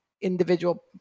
individual